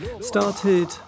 started